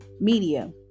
media